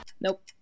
Nope